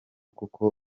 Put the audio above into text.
kuko